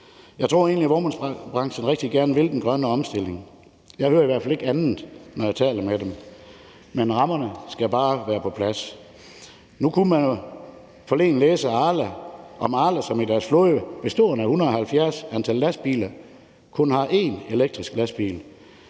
Jeg tror egentlig, at vognmandsbranchen rigtig gerne vil den grønne omstilling. Jeg hører i hvert fald ikke andet, når jeg taler med dem. Men rammerne skal bare være på plads. Nu kunne man jo forleden læse om Arla, som i deres flåde bestående af 170 lastbiler kun har 1 elektrisk lastbil.